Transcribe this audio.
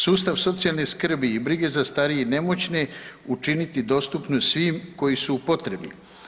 Sustav socijalne skrbi i brige za starije i nemoćne učiniti dostupno svim koji su u potrebi.